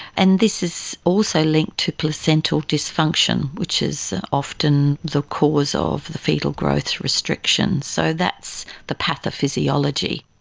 and this is also linked to placental dysfunction, which is often the cause of the foetal growth restriction. so that's the pathophysiology.